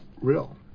real